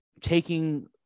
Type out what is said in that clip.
taking